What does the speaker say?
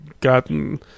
gotten